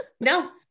no